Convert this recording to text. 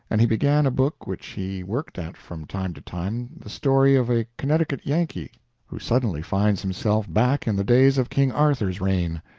and he began a book which he worked at from time to time the story of a connecticut yankee who suddenly finds himself back in the days of king arthur's reign.